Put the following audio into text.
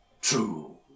True